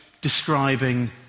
describing